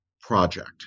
project